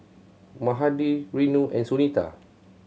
Mahade Renu and Sunita